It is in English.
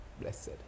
blessed